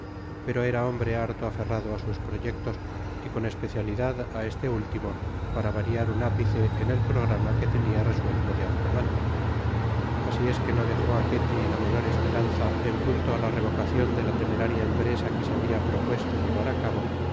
pero era hombre harto aferrado á sus proyectos y con especialidad á este último para variar un ápice en el programa que tenia resuelto de antemano asi es que no dejó á ketty la menor esperanza en punto á la revocacion de la temeraria empresa que se habia propuesto llevar á cabo